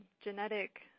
genetic